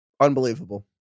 Unbelievable